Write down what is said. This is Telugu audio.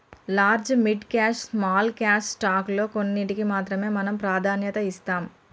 large mid cash small cash stock లో కొన్నింటికీ మాత్రమే మనం ప్రాధాన్యత ఇస్తాం